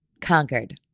conquered